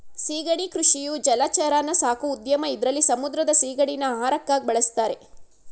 ಸಿಗಡಿ ಕೃಷಿಯು ಜಲಚರನ ಸಾಕೋ ಉದ್ಯಮ ಇದ್ರಲ್ಲಿ ಸಮುದ್ರದ ಸಿಗಡಿನ ಆಹಾರಕ್ಕಾಗ್ ಬಳುಸ್ತಾರೆ